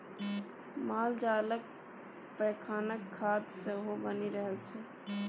मालजालक पैखानाक खाद सेहो बनि रहल छै